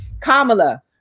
kamala